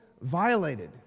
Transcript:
violated